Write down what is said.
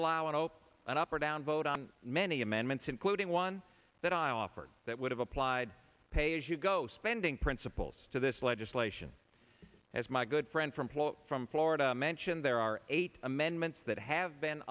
allow it up and up or down vote on many amendments including one that i offered that would have applied pay as you go spending principles to this legislation as my good friend from floor from florida mentioned there are eight amendments that have been